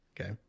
Okay